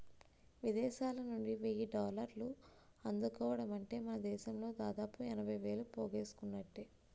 విదేశాలనుండి వెయ్యి డాలర్లు అందుకోవడమంటే మనదేశంలో దాదాపు ఎనభై వేలు పోగేసుకున్నట్టే